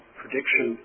prediction